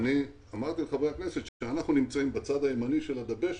אמרתי לחברי הכנסת שאנחנו נמצאים בצד הימני של הדבשת.